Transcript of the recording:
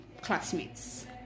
classmates